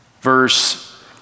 verse